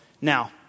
Now